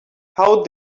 how